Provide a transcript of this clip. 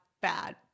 bad